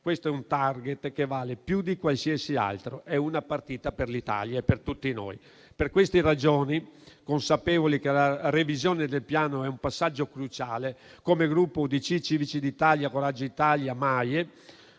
Questo è un *target* che vale più di qualsiasi altro: è una partita per l'Italia e per tutti noi. Per queste ragioni, consapevoli che la revisione del Piano è un passaggio cruciale, come Gruppo Civici d'Italia-Noi Moderati